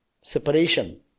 separation